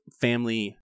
family